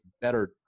better